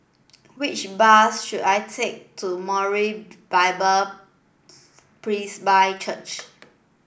which bus should I take to Moriah Bible Presby Church